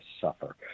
suffer